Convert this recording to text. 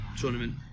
tournament